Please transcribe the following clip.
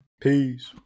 Peace